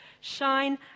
shine